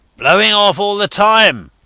blowing off all the time,